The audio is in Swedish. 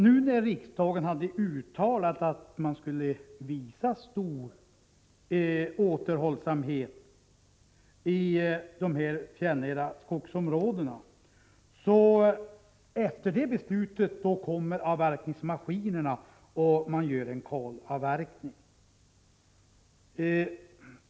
Sedan riksdagen hade uttalat att det skall visas stor återhållsamhet i de fjällnära skogsområdena kommer avverkningsmaskinerna, och man gör en kalavverkning.